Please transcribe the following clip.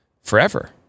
forever